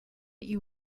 you